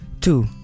Two